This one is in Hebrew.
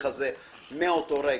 לפתחו.